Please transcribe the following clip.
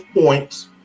points